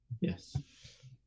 Yes